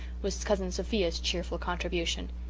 was cousin sophia's cheerful contribution.